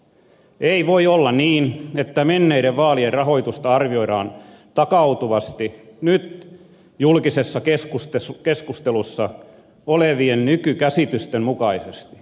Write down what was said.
ei voi olla niin että menneiden vaalien rahoitusta arvioidaan takautuvasti nyt julkisessa keskustelussa olevien nykykäsitysten mukaisesti